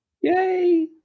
Yay